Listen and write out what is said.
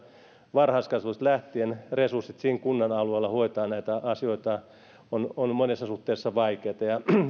varhaiskasvatuksesta lähtien resurssit siinä kunnan alueella hoetaan näitä asioita nämä ovat monessa suhteessa vaikeita